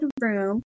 room